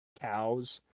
cows